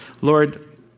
Lord